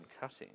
Cutting